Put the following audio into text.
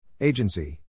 Agency